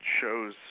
shows